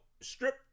strip